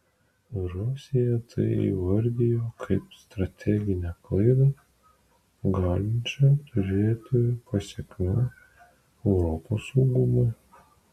rusija tai įvardijo kaip strateginę klaidą galinčią turėti pasekmių europos saugumui